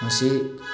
ꯃꯁꯤ